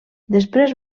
després